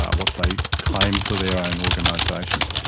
what they claim for their own organisations.